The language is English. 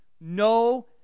No